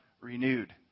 renewed